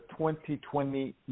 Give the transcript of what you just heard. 2020